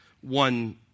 one